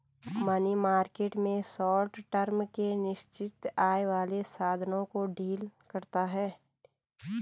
money market में short term के निश्चित आय वाले साधनों को डील करता है